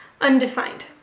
undefined